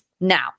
Now